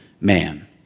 man